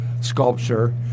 sculpture